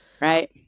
right